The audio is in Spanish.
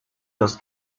los